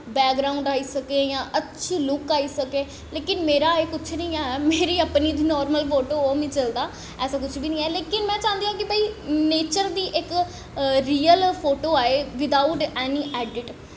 background आई सके जां लुक्क आई सके लेकिन मेरा एह् कुछ नेईं ऐ मेरा नार्मल फोटो होना चाहिदा ऐसा कुछ बी नेईं ऐ में चांह्दी आं कि भाई नेचर दी इक रियल फोटो आए बिदअऊट ऐनी ऐडिट